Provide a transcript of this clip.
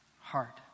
heart